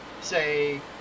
say